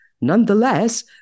Nonetheless